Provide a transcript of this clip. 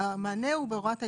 המענה הוא בהוראת ההתחשבנות.